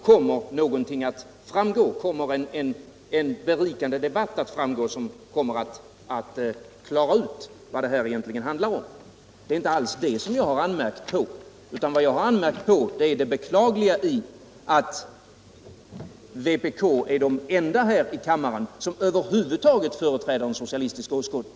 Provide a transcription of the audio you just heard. Det är en fruktbar och berikande debatt som kommer att klara ut vad det här egentligen handlar om. Det är inte alls det jag har anmärkt på, utan jag har sagt att det är beklagligt att vpk:s representanter är de enda här i kammaren som över huvud taget företräder en socialistisk åskådning.